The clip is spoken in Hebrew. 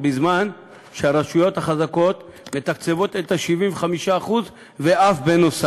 בזמן שהרשויות החזקות מתקצבות את ה-75% ואף יותר.